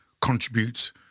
contribute